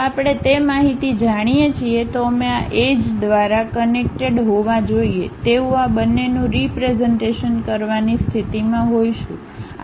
જો આપણે તે માહિતી જાણીએ છીએ તો અમે આ એજ એજ દ્વારા કનેક્ટેડ હોવા જોઈએ તેવું આ બંનેનું રીપ્રેઝન્ટેશન કરવાની સ્થિતિમાં હોઈશું